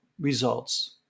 results